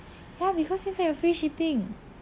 ya because 现在有 free shipping